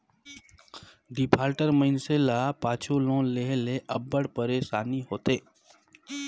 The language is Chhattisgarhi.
डिफाल्टर मइनसे ल पाछू लोन लेहे ले अब्बड़ पइरसानी होथे